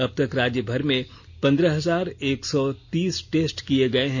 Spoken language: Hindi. अब तक राज्यभर में पंद्रह हजार एक सौ तीस टेस्ट किए गए हैं